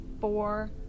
four